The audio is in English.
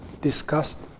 discussed